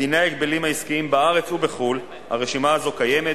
בדיני ההגבלים העסקיים בארץ ובחו"ל הרשימה הזו קיימת,